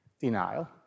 denial